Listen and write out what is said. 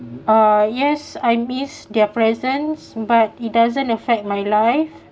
uh yes I miss their presence but it doesn't affect my life